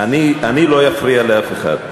אני לא אפריע לאף אחד.